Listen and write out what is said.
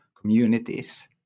communities